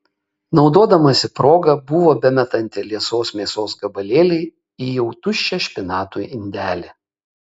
naudodamasi proga buvo bemetanti liesos mėsos gabalėlį į jau tuščią špinatų indelį